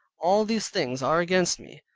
all these things are against me.